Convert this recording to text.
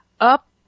up